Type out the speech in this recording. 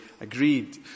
agreed